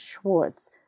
Schwartz